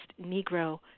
Negro